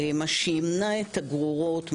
מה שימנע את הגרורות,